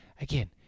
again